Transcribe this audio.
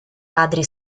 padri